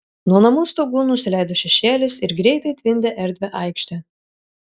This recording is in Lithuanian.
nuo namų stogų nusileido šešėlis ir greitai tvindė erdvią aikštę